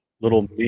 little